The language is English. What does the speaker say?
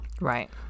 Right